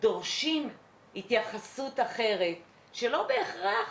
דורשים התייחסות אחרת, שלא בהכרח